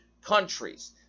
countries